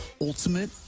Ultimate